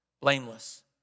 blameless